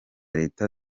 leta